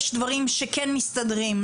יש דברים שכן מסתדרים,